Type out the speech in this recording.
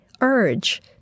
urge